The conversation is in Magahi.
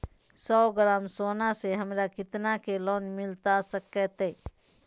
सौ ग्राम सोना से हमरा कितना के लोन मिलता सकतैय?